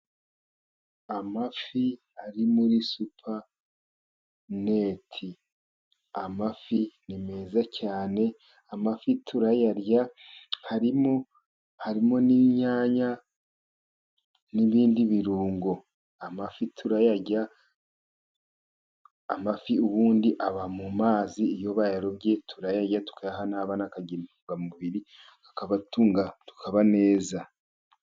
Amafi ari muri supaneti. Amafi ni meza cyane, amafi turayarya. Harimo n'inyanya n'ibindi birungo , amafi turayarya, amafi ubundi aba mu mazi. Iyo bayarobye turayarya tukayaha n'abana, bakagira intungamubiri akabatunga tukaba neza.